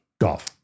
Golf